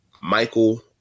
Michael